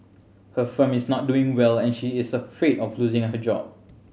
her firm is not doing well and she is afraid of losing her job